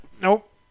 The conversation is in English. Nope